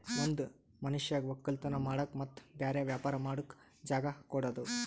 ಒಂದ್ ಮನಷ್ಯಗ್ ವಕ್ಕಲತನ್ ಮಾಡಕ್ ಮತ್ತ್ ಬ್ಯಾರೆ ವ್ಯಾಪಾರ ಮಾಡಕ್ ಜಾಗ ಕೊಡದು